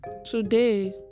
today